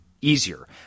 easier